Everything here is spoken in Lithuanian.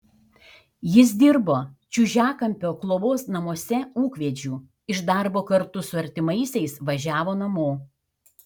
jis dirbo čiužiakampio globos namuose ūkvedžiu iš darbo kartu su artimaisiais važiavo namo